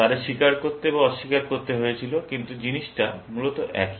তাদের স্বীকার করতে বা অস্বীকার করতে হয়েছিল কিন্তু জিনিষটা মূলত একই